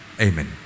Amen